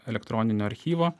elektroninio archyvo